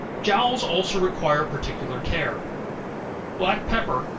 jowls also require particular care black pepper,